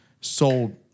Sold